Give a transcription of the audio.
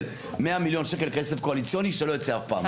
100 מיליון שקל כסף קואליציוני שלא ייצא אף פעם.